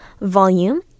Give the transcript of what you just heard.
volume